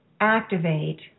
activate –